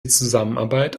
zusammenarbeit